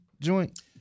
joint